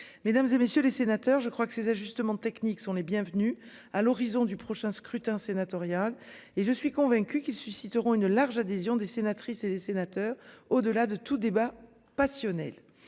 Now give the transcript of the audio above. Mesdames, et messieurs les sénateurs. Je crois que ces ajustements techniques sont les bienvenus à l'horizon du prochain scrutin sénatorial et je suis convaincu qu'ils susciteront une large adhésion des sénatrices et sénateurs au-delà de tout débat passionnel.